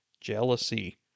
jealousy